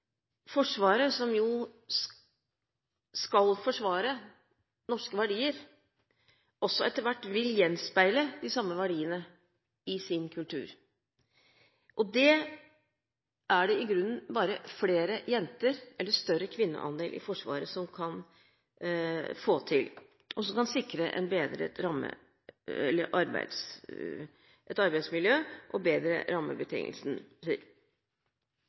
Forsvaret, som jo skal forsvare norske verdier, også etter hvert vil gjenspeile de samme verdiene i sin kultur. Det er det i grunnen bare flere jenter – eller en større kvinneandel – i Forsvaret som kan få til, og som kan sikre et bedre arbeidsmiljø og bedre